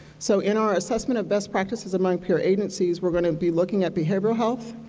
so, in our assessment of best practices among peer agencies, we are going to be looking at behavioral health,